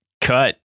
Cut